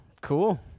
Cool